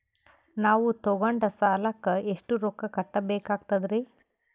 ನಾವು ತೊಗೊಂಡ ಸಾಲಕ್ಕ ಎಷ್ಟು ರೊಕ್ಕ ಕಟ್ಟಬೇಕಾಗ್ತದ್ರೀ?